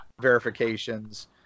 verifications